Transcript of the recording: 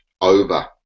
over